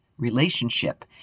relationship